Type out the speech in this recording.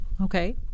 Okay